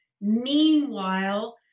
meanwhile